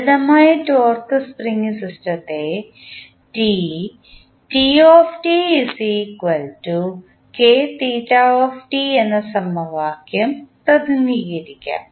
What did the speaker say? ലളിതമായ torque spring സിസ്റ്റത്തെ T എന്ന സമവാക്യം പ്രതിനിധീകരിക്കാം